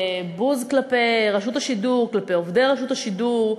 בוז כלפי רשות השידור, כלפי עובדי רשות השידור,